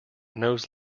knows